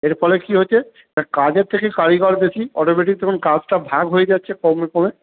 এর ফলে কী হচ্ছে না কাজের থেকে কারিগর বেশি অটোমেটিক তখন কাজটা ভাগ হয়ে যাচ্ছে কমে কমে